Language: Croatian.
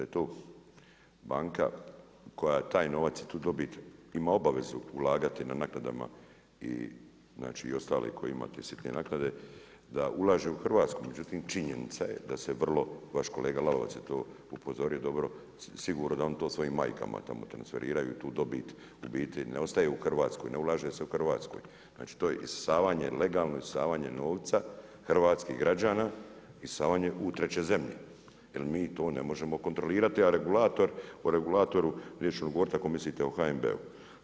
Banke, da, banka koja taj novac i tu dobit ima obavezu ulagati na naknadama i ostali koji imate sitne naknade da ulaže u Hrvatsku, međutim činjenica je da se vrlo vaš kolega Lalovac je to upozorio dobro, sigurno da oni to svojim majkama tamo transferiraju tu dobit u biti ne ostaje u Hrvatskoj, ne ulaže se u Hrvatskoj. znači to je legalno isisavanje novca hrvatskih građana isisavanje u treće zemlje jer mi to ne možemo kontrolirati, o regulatoru … govoriti ako mislite o HNB-u.